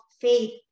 faith